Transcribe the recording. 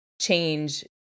change